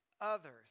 others